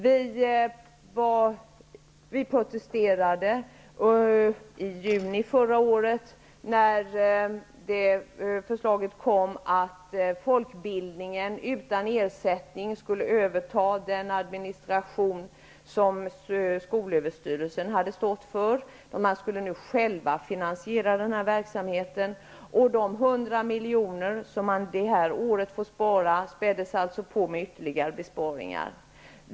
Vi protesterade i juni förra året när förslaget kom om att folkbildningen utan ersättning skulle överta den administration som skolöverstyrelsen hade stått för. Man skulle nu själva finansiera den här verksamheten. De 100 miljoner som man skulle spara det här året utökades med ytterligare besparingar.